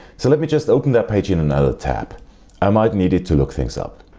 so let me just open that page in another tab i might need it to look things up.